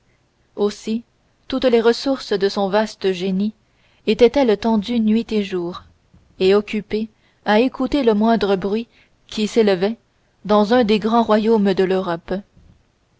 aussi toutes les ressources de son vaste génie étaient-elles tendues nuit et jour et occupées à écouter le moindre bruit qui s'élevait dans un des grands royaumes de l'europe